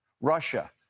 Russia